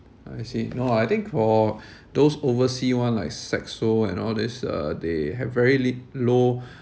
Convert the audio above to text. I see no lah I think for those oversea one like saxo and all this uh they have very lit~ low